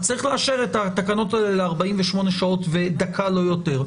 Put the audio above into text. צריך לאשר את התקנות האלה ל-48 שעות ודקה לא יותר,